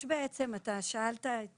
אתה שאלת את